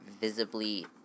visibly